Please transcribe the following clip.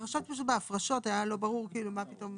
שם פשוט בהפרשות היה לא ברור מה פתאום.